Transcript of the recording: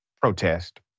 protest